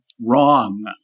wrong